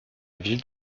ville